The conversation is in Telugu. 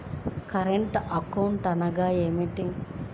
కరెంట్ అకౌంట్ అనగా ఏమిటి?